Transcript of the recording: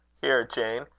here, jane,